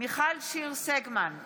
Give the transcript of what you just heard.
מיכל שיר סגמן,